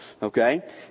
Okay